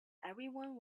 everyone